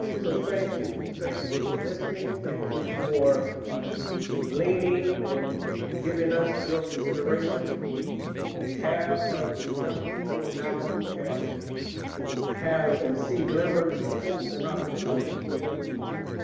so, thank you. thank you for listening. thank you you for listening and giving us your consideration behalf of the young people now who can have and see glimmers of hope and opportunity for their future.